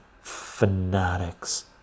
fanatics